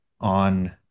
on